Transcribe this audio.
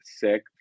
sick